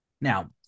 Now